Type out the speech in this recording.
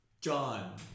John